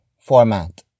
format